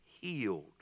healed